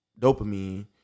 dopamine